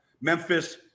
Memphis